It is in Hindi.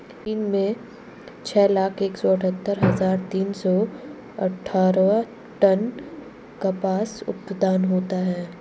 चीन में छह लाख एक सौ अठत्तर हजार तीन सौ अट्ठारह टन कपास उत्पादन होता है